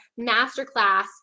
Masterclass